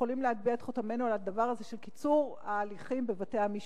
יכולים להטביע את חותמנו על הדבר הזה של קיצור ההליכים בבתי-המשפט.